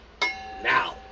now